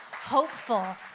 hopeful